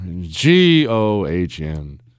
G-O-H-N